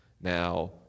Now